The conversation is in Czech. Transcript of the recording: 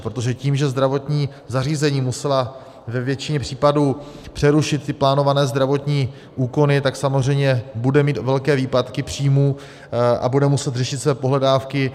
Protože tím, že zdravotní zařízení musela ve většině případů přerušit ty plánované zdravotní úkony, tak samozřejmě bude mít velké výpadky příjmů a bude muset řešit své pohledávky.